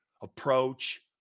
approach